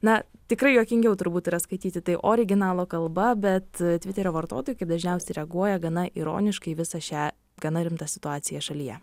na tikrai juokingiau turbūt yra skaityti tai originalo kalba bet tviterio vartotojai kaip dažniausiai reaguoja gana ironiškai į visą šią gana rimtą situaciją šalyje